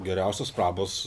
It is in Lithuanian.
geriausios prabos